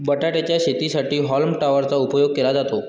बटाटे च्या शेतीसाठी हॉल्म टॉपर चा उपयोग केला जातो